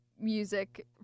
music